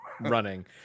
Running